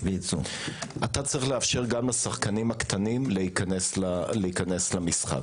אתה צריך לאפשר גם לשחקנים הקטנים להיכנס למשחק.